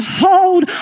hold